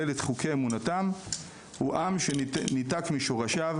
את חוקי אמונתם הוא עם שניתק משורשיו,